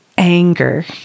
Anger